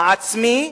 העצמי,